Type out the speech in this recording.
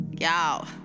Y'all